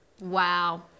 Wow